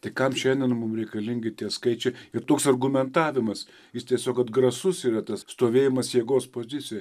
tai kam šiandien mum reikalingi tie skaičiai ir toks argumentavimas jis tiesiog atgrasus yra tas stovėjimas jėgos pozicijoj